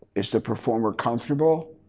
is the performer comfortable?